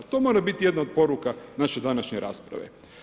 To mora biti jedna od poruka naše današnje rasprave.